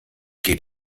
geht